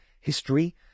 history